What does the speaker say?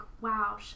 wow